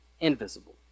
invisible